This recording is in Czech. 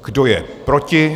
Kdo je proti?